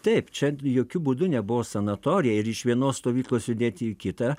taip čia jokiu būdu nebuvo sanatorija ir iš vienos stovyklos judėti į kitą